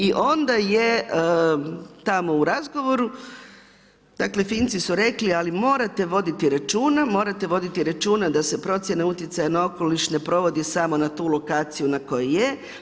I onda je tamo u razgovoru, Finci su rekli, ali morate voditi računa, morate voditi računa, da se procjena utjecaj na okoliš ne provodi samo na tu lokaciju kojoj je.